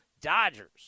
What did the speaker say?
Dodgers